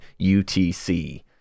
UTC